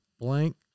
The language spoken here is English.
blank